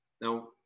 Now